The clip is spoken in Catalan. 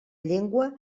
llengua